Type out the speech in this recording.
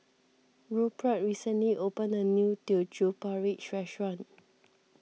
Rupert recently opened a new Teochew Porridge restaurant